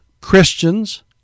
Christians